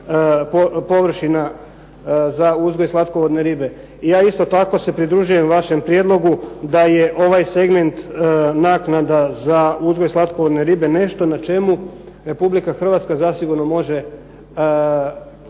površina za uzgoj slatkovodne ribe. I ja isto tako se pridružujem vašem prijedlogu da je ovaj segment naknada za uzgoj slatkovodne ribe nešto na čemu Republika Hrvatska zasigurno može